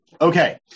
Okay